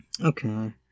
Okay